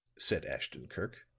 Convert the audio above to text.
said ashton-kirk.